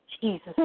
Jesus